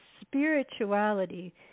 spirituality